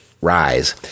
rise